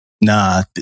nah